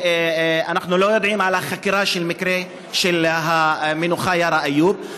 ואנחנו לא יודעים על החקירה של המקרה של המנוחה יארא איוב,